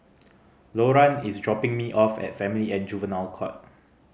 Loran is dropping me off at Family and Juvenile Court